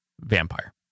vampire